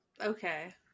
Okay